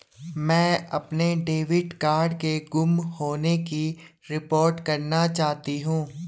मैं अपने debit card के गुम होने की रिपोर्ट करना चाहती हूँ